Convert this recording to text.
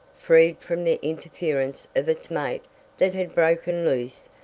freed from the interference of its mate that had broken loose,